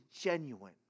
genuine